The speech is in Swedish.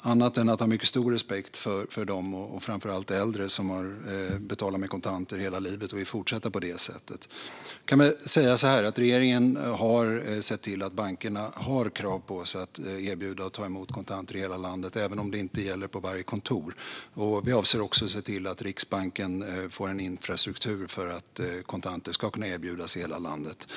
ha annat än mycket stor respekt för de människor, framför allt äldre, som har betalat med kontanter hela livet och vill fortsätta på det sättet. Regeringen har sett till att bankerna har krav på sig att erbjuda och ta emot kontanter i hela landet, även om det inte gäller på varje kontor. Vi avser också att se till att Riksbanken får en infrastruktur för att kontanter ska kunna erbjudas i hela landet.